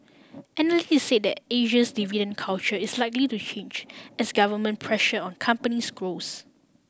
analysts said that Asia's dividend culture is likely to change as government pressure on companies grows